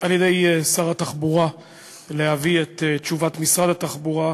על-ידי שר התחבורה להביא את תשובת משרד התחבורה,